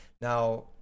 Now